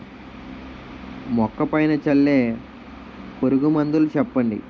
మొక్క పైన చల్లే పురుగు మందులు చెప్పండి?